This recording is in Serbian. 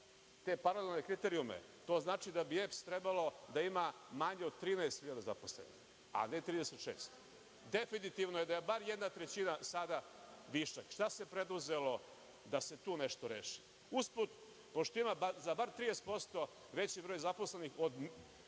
te paralelne kriterijume, to znači da EPS trebao da ima manje od 13.000 zaposlenih, a ne 36.000. Definitivno je da je bar jedna trećina sada višak. Šta se preduzelo da se tu nešto reši? Usput, pošto ima za bar 30% veći broj zaposlenih od